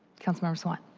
councilmember sawant.